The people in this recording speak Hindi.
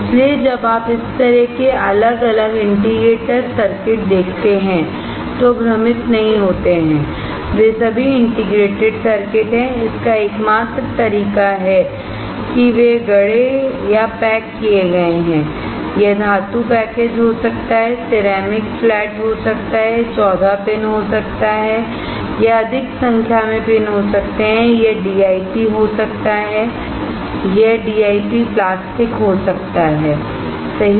इसलिए जब आप इस तरह के अलग अलग इंडिकेटर सर्किट देखते हैं तो भ्रमित नहीं होते हैं वे सभी इंटीग्रेटेड सर्किट हैं इसका एकमात्र तरीका है कि वे गढ़े या पैक किए गए हैं यह धातु पैकेज हो सकता है यह सिरेमिक फ्लैट हो सकता है यह 14 पिन हो सकता है यह अधिक संख्या में पिन हो सकते हैं यह डीआईपी हो सकता है यह डीआईपी प्लास्टिक हो सकता है सही